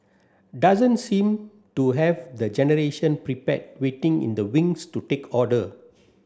doesn't seem to have the generation prepared waiting in the wings to take order